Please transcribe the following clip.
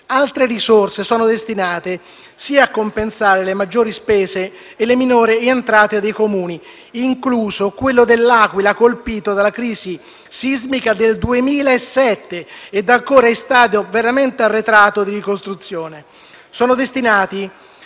Altre risorse sono destinate a compensare le maggiori spese e le minori entrate dei Comuni, incluso quello dell'Aquila, colpito dalla crisi sismica del 2007 e ancora in uno stato veramente arretrato di ricostruzione. Sono destinati